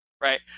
right